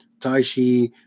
Taishi